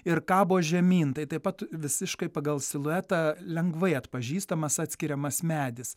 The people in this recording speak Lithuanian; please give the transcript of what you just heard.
ir kabo žemyn tai taip pat visiškai pagal siluetą lengvai atpažįstamas atskiriamas medis